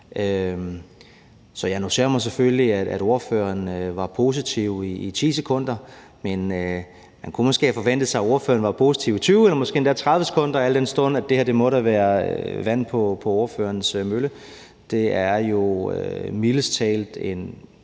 Så jeg noterer mig selvfølgelig, at ordføreren var positiv i 10 sekunder, men man kunne måske godt have forventet sig, at ordføreren havde været positiv i 20 eller måske endda 30 sekunder, al den stund at det her da må være vand på ordførerens mølle. Det er jo mildest talt en